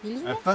do you know